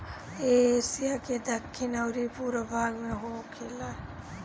इ एशिया के दखिन अउरी पूरब भाग में ढेर होखेला